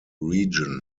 region